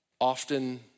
often